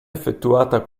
effettuata